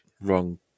wrong